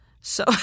So-